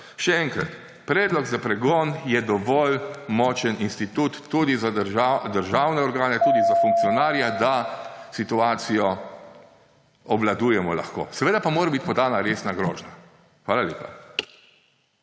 Še enkrat, predlog za pregon je dovolj močan institut tudi za državne organe, tudi za funkcionarje, da situacijo obvladujemo lahko. Seveda pa mora biti podana resna grožnja. Hvala lepa.